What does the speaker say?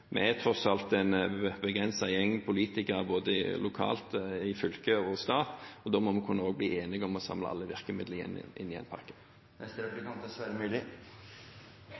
Vi er tross alt en begrenset gjeng politikere både lokalt, i fylke og i stat, og da må vi kunne bli enige om å samle alle